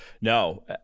No